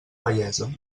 vellesa